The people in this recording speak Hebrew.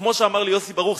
כמו שאמר לי יוסי ברוך,